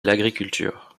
l’agriculture